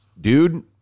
Dude